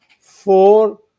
four